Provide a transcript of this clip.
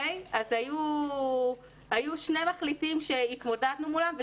היו שני מחליטים שהתמודדנו מולם,